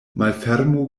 malfermu